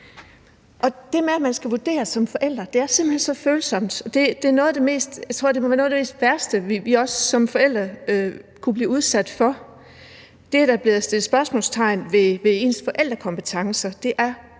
Det med, at man skal vurderes som forældre, er simpelt hen så følsomt – jeg tror, at det må være noget af det værste, vi som forældre kan blive udsat for – det, at der bliver sat spørgsmålstegn ved ens forældrekompetencer, er